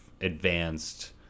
advanced